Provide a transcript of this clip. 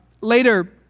later